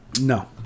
no